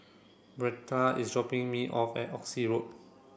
Brianda is dropping me off at Oxley Road